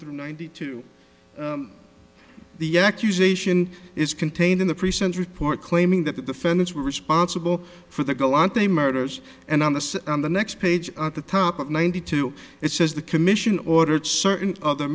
through ninety two the accusation is contained in the present report claiming that the fans were responsible for the go on to a murders and on the on the next page at the top of ninety two it says the commission ordered certain other